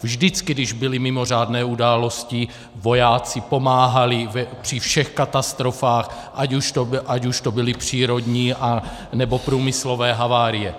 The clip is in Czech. Vždycky, když byly mimořádné události, vojáci pomáhali při všech katastrofách, ať už to byly přírodní, nebo průmyslové havárie.